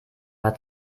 war